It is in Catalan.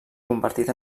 convertit